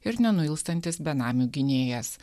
ir nenuilstantis benamių gynėjas